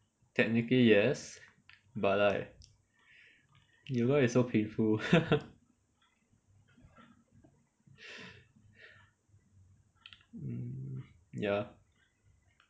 technically yes but like yoga is so painful mm ya